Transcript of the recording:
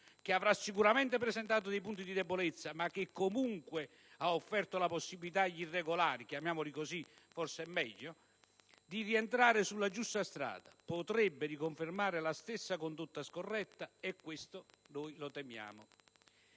che avrà sicuramente presentato punti di debolezza, ma che comunque ha offerto la possibilità agli irregolari (chiamiamoli così, forse è meglio) di rientrare sulla giusta strada - potrebbe riconfermare la stessa condotta scorretta, e questo noi lo temiamo.